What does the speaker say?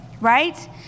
right